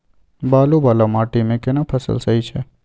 बालू वाला माटी मे केना फसल सही छै?